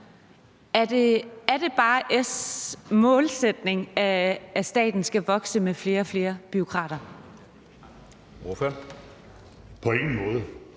Er det bare S' målsætning, at staten skal vokse med flere og flere bureaukrater? Kl.